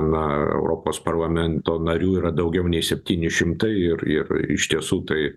na europos parlamento narių yra daugiau nei septyni šimtai ir ir iš tiesų tai